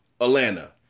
Atlanta